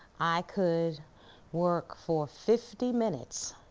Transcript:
i could work for fifty minutes